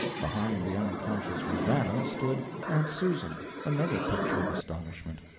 behind the unconscious rosannah stood aunt susan, another picture of astonishment.